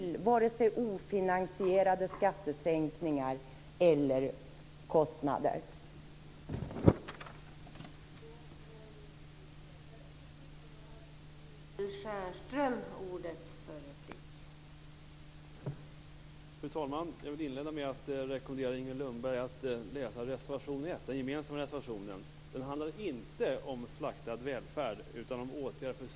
Vi vill inte ha vare sig ofinansierade skattesänkningar eller kostnader en gång till.